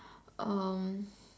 um